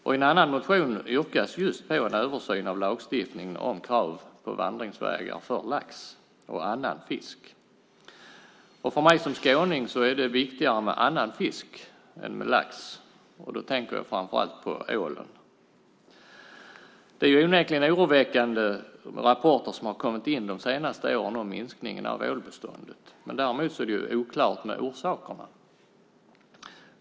I en annan motion yrkas på en översyn av lagstiftningen om krav på vandringsvägar för lax och annan fisk. För mig som skåning är det viktigare med annan fisk än med lax. Då tänker jag framför allt på ålen. Det är ju onekligen oroväckande rapporter som har kommit in under de senaste åren om minskningen av ålbeståndet. Däremot är det oklart vad orsakerna är.